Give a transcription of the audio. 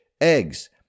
eggs